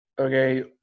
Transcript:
okay